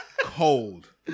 Cold